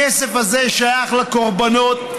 הכסף הזה שייך לקורבנות,